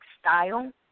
style